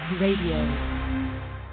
Radio